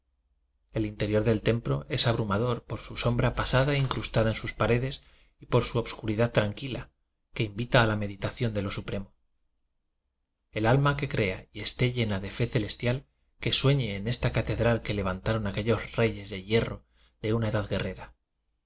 el interior del p es abrumador por su sombra pasada incrustada en sus paredes y por su obscuridad tranquila que invita a la meditación de lo supremo el alma que crea y esté llena de fe celes tial que sueñe en esta catedral que levan taron aquellos reyes de hierro de una edad guerrera